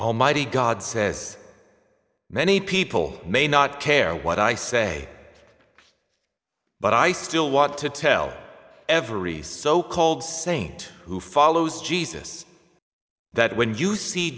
almighty god says many people may not care what i say but i still want to tell every so called saint who follows jesus that when you see